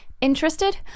Interested